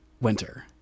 winter